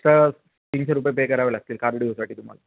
extra तीनशे रुपये pay करावे लागतील कार्डिओसाठी तुम्हाला